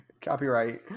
copyright